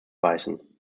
beißen